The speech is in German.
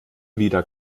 wieder